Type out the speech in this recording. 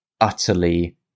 utterly